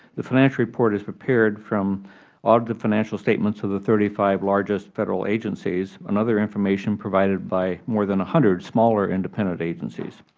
the financial report is prepared from all the financial statements of the thirty five largest federal agencies and other information provided by more than one hundred smaller independent agencies.